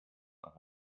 nach